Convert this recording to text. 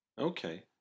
Okay